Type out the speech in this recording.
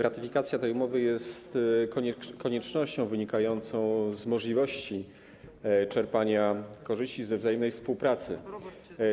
Ratyfikacja tej umowy jest koniecznością wynikającą z możliwości czerpania korzyści ze wzajemnej współpracy.